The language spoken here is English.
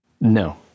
No